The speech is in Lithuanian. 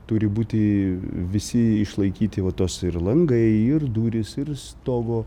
turi būti visi išlaikyti va tos ir langai ir durys ir stogo